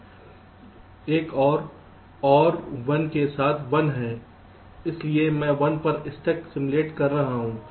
एक और OR 1 के साथ 1 है इसलिए मैं 1 पर स्टक सिमुलेट कर रहा हूं